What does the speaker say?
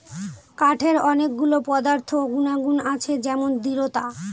কাঠের অনেক গুলো পদার্থ গুনাগুন আছে যেমন দৃঢ়তা